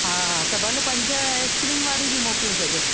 हा हा त भले पंज आइस्क्रीम वारी बि मोकिले छॾियो